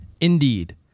Indeed